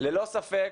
ללא ספק